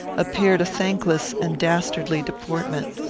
appeared a thankless and dastardly deportment.